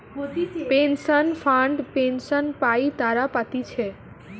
pension fund pension পাই তারা পাতিছে